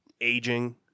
aging